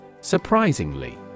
Surprisingly